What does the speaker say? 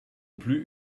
plus